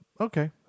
okay